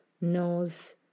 knows